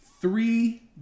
Three